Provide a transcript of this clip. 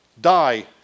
die